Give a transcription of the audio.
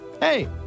Hey